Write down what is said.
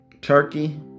turkey